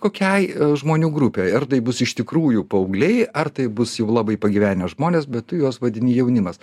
kokiai žmonių grupei ar tai bus iš tikrųjų paaugliai ar tai bus jau labai pagyvenę žmonės bet tu juos vadini jaunimas